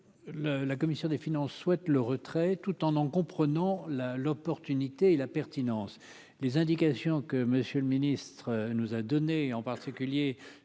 la commission des finances souhaitent le retrait tout en en comprenant là l'opportunité et la pertinence, les indications que monsieur le ministre nous a donné, et en particulier